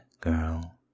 girl